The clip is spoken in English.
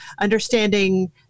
understanding